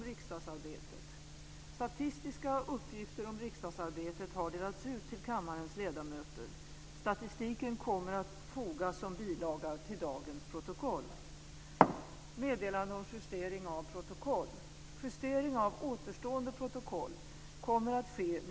Riksmötet fortsätter, men vi har nu kommit till avslutningen på vårens arbete.